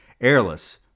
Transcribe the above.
Airless